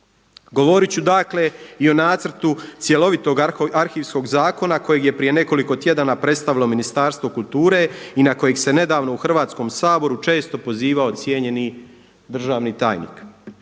Govorit ću dakle i o nacrtu cjelovitog arhivskog zakona kojeg je prije nekoliko tjedana predstavilo Ministarstvo kulture i na kojeg se nedavno u Hrvatskom saboru često pozivao cijenjeni državni tajnik.